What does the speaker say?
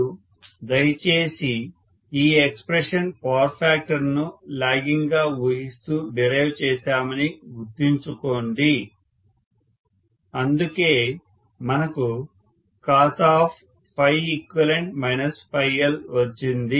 మరియు దయచేసి ఈ ఎక్స్ప్రెషన్ పవర్ ఫ్యాక్టర్ ను లాగింగ్ గా ఊహిస్తూ డిరైవ్ చేశామని గుర్తుంచుకోండి అందుకే మనకు cos వచ్చింది